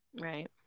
Right